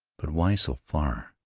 but why so far?